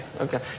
Okay